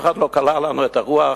אף אחד לא כלא לנו את הרוח.